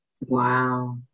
Wow